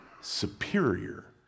superior